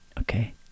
okay